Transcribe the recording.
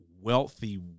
wealthy